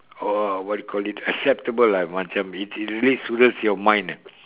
or what you call it acceptable ah like macam it really soothes your mind ah